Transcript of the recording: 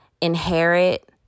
inherit